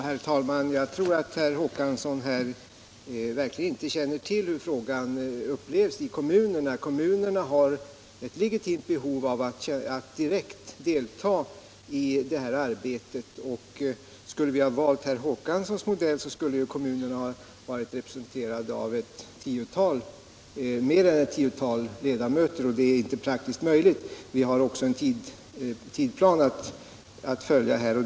Herr talman! Jag tror att herr Håkansson i Trelleborg inte känner till hur frågan upplevs i kommunerna. Kommunerna har ett legitimt behov att direkt delta i detta arbete. Om vi valt herr Håkanssons modell skulle kommunerna ha varit representerade av mer än ett tiotal ledamöter, och det är inte praktiskt möjligt. Vi har också en tidsplan att följa.